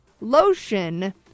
lotion